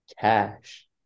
cash